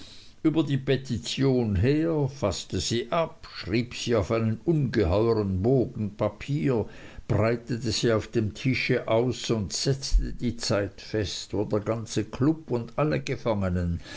über die petition her faßte sie ab schrieb sie auf einen ungeheuern bogen papier breitete sie auf dem tisch aus und setzte die zeit fest wo der ganze klub und alle gefangenen